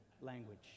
language